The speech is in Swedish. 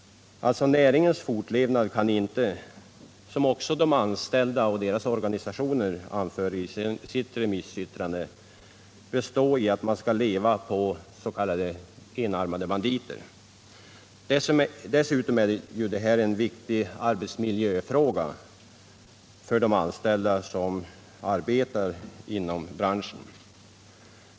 Näringens fortlevnad kan - som också de anställda och deras organisationer anför i sitt remissyttrande —- inte bygga på s.k. enarmade banditer. Dessutom är ju detta en viktig arbetsmiljöfråga för de anställda som arbetar inom branschen.